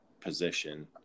position